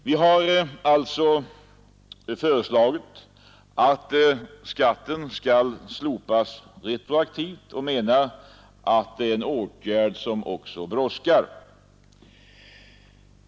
Vi har alltså föreslagit att skatten skall slopas retroaktivt och menar att det är en åtgärd som också brådskar.